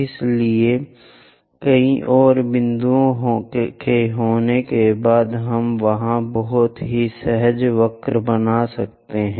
इसलिए कई और बिंदुओं के होने के बाद हम वहां बहुत ही सहज वक्र बनाने जा रहे हैं